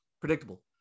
predictable